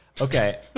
Okay